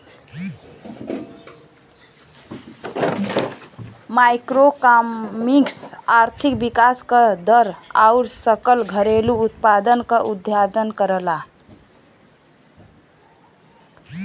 macroeconomics आर्थिक विकास क दर आउर सकल घरेलू उत्पाद क अध्ययन करला